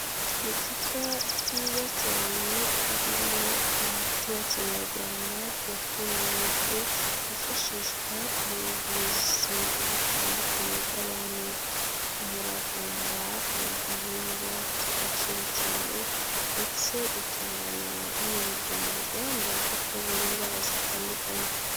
Ni icupa ryiza cyane ririmo umuti wa kinyarwanda watunganijwe, wifashishwa mu buvuzi butandukanye bw'abantu. Umuravumba ni igihingwa cy'agaciro cyane ndetse utunganywa binyujijwe mu ruganda, ukavura indwara zitandukanye.